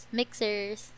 mixers